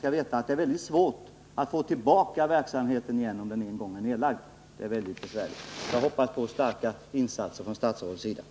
Som bekant är det mycket svårt att återuppliva en verksamhet när den en gång är nedlagd. Jag hoppas att statsrådet kommer att göra kraftfulla insatser på detta område.